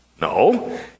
No